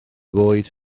bwyd